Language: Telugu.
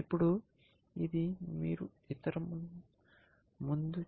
ఇప్పుడు ఇది మీరు ఇంతకు ముందు